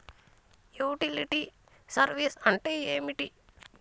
Utility service అంటే ఏంటిది?